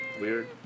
weird